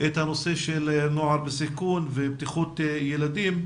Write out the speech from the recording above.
בסיכון ובטיחות ילדים.